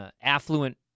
affluent